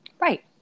Right